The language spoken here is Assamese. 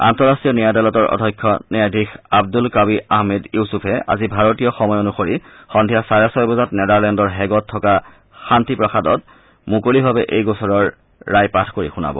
আন্তঃৰাষ্ট্ৰীয় ন্যায় আদালতৰ অধ্যক্ষ ন্যায়াধীশ আব্দুলকাৱি আহমেদ ইউছুফে আজি ভাৰতীয় সময় অনুসৰি সদ্ধিয়া চাৰে ছয় বজাত নেডাৰলেণ্ডৰ হেগত থকা শান্তি প্ৰাসাদত মুকলিভাৱে এই গোচৰৰ ৰায় পাঠ কৰি শুনাব